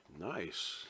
nice